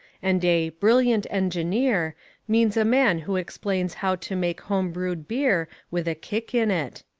and a brilliant engineer means a man who explains how to make homebrewed beer with a kick in it.